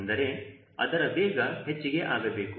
ಅಂದರೆ ಅದರ ವೇಗ ಹೆಚ್ಚಿಗೆ ಆಗಬೇಕು